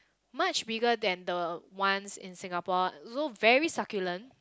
much bigger than the ones in Singapore so very succulent